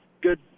good